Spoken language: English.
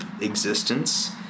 existence